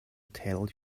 tell